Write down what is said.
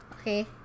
Okay